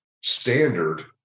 standard